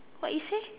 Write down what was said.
what you say